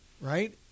right